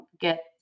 get